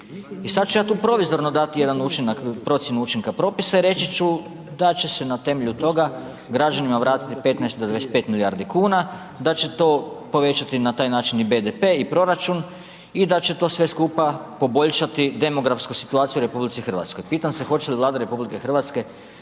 I sada ću ja tu provizorno dati jednu procjenu učinka propisa i reći ću da će se na temelju toga građanima vratiti 15 do 25 milijardi kuna, da će to povećati na taj način i BDP i proračun i da će sve to skupa poboljšati demografsku situaciju u RH. Pitam se hoće li Vlada RH prihvatiti